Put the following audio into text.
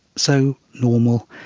so normal,